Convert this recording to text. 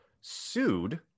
sued